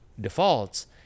defaults